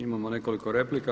Imamo nekoliko replika.